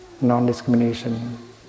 non-discrimination